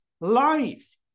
life